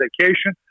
vacation